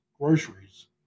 groceries